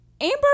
Amber